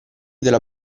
della